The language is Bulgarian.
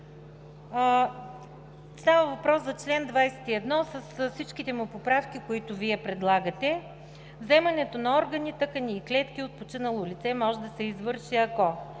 става въпрос за чл. 21 с всички поправки, които Вие предлагате: „Вземането на органи, тъкани и клетки от починало лице може да се извърши, ако: